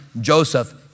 Joseph